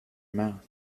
mouth